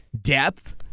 depth